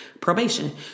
probation